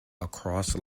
across